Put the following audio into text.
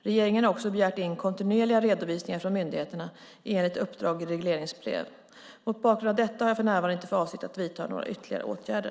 Regeringen har också begärt in kontinuerliga redovisningar från myndigheterna enligt uppdrag i regleringsbrev. Mot bakgrund av detta har jag för närvarande inte för avsikt att vidta några ytterligare åtgärder.